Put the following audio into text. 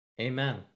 Amen